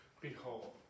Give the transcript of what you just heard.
behold